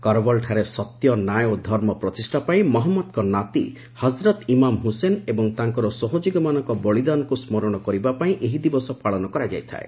କରବଲଠାରେ ସତ୍ୟନ୍ୟାୟ ଓ ଧର୍ମ ପ୍ରତିଷ୍ଠା ପାଇଁ ମହମ୍ମଦଙ୍କ ନାତି ହଜରତ୍ ଇମାମ ହୁସେନ ଏବଂ ତାଙ୍କର ସହଯୋଗୀମାନଙ୍କ ବଳିଦାନକୁ ସ୍କରଣ କରିବା ପାଇଁ ଏହି ଦିବସ ପାଳନ କରାଯାଇଥାଏ